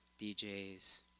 DJs